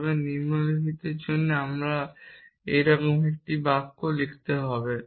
তবে প্রতিটি নিম্নের জন্য আমি এইরকম একটি বাক্য লিখতে হবে